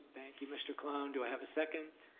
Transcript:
thank you, mr. colon. do i have a second?